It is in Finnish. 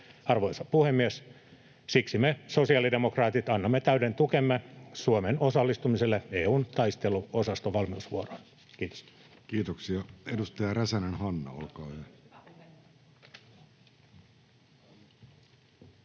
Arvoisa puhemies! Siksi me sosiaalidemokraatit annamme täyden tukemme Suomen osallistumiselle EU:n taisteluosaston valmiusvuoroon. — Kiitos. [Speech 16] Speaker: Jussi Halla-aho